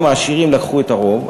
גם העשירים לקחו את הרוב,